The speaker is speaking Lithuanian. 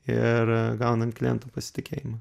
ir gaunant klientų pasitikėjimą